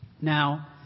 Now